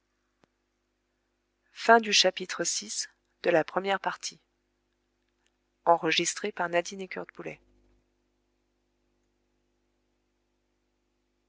poissons volants et qui